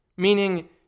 Meaning